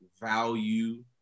value